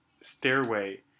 stairway